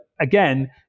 again